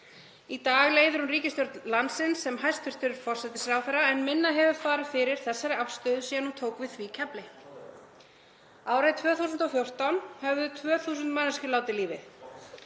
Í dag leiðir hún ríkisstjórn landsins sem hæstv. forsætisráðherra en minna hefur farið fyrir þessari afstöðu síðan hún tók við því kefli. Árið 2014 höfðu 2.000 manneskjur látið lífið.